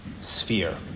sphere